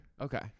Okay